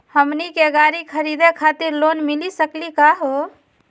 हमनी के गाड़ी खरीदै खातिर लोन मिली सकली का हो?